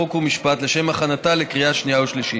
חוק ומשפט לשם הכנתה לקריאה שנייה ושלישית.